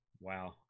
Wow